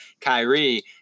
Kyrie